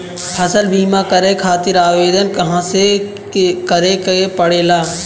फसल बीमा करे खातिर आवेदन कहाँसे करे के पड़ेला?